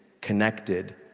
connected